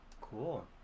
cool